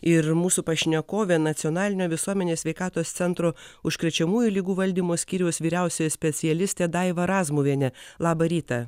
ir mūsų pašnekovė nacionalinio visuomenės sveikatos centro užkrečiamųjų ligų valdymo skyriaus vyriausioji specialistė daiva razmuvienė labą rytą